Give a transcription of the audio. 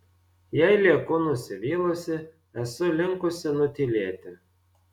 jei lieku nusivylusi esu linkusi nutylėti